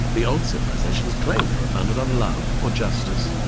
the old civilisations claim they were founded on love or justice.